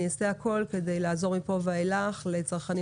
אני אעשה הכול כדי לעזור מכאן ואילך לצרכנים